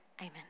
Amen